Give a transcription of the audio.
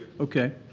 okay.